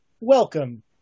Welcome